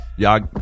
Y'all